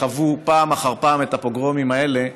חוו פעם אחר פעם את הפוגרומים האלה,